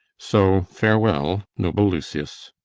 so farewell, noble lucius.